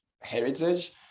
heritage